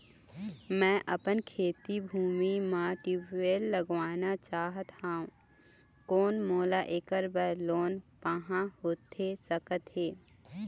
मैं अपन खेती भूमि म ट्यूबवेल लगवाना चाहत हाव, कोन मोला ऐकर बर लोन पाहां होथे सकत हे?